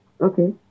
Okay